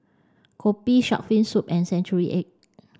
Kopi Shark Fin Soup and Century Egg